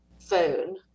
phone